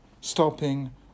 Stopping